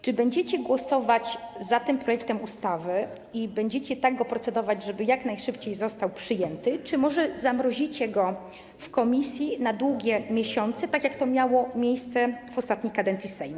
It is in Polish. Czy będziecie głosować za tym projektem ustawy i będziecie tak nad nim procedować, żeby jak najszybciej został przyjęty, czy może zamrozicie go w komisji na długie miesiące, tak jak to miało miejsce w ostatniej kadencji Sejmu?